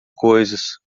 coisas